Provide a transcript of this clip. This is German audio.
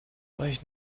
euch